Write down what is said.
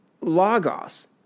Logos